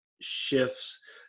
shifts